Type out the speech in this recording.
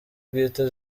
bwite